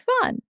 fun